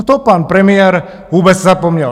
Na to pan premiér vůbec zapomněl.